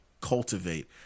cultivate